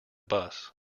bus